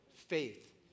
faith